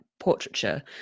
Portraiture